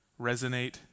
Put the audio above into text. resonate